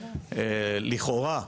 לכאורה,